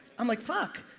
i'm like, fuck,